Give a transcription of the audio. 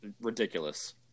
ridiculous